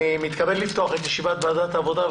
ואני מתכבד לפתוח את ישיבת ועדת העבודה,